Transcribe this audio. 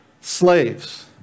slaves